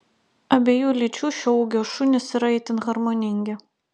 abiejų lyčių šio ūgio šunys yra itin harmoningi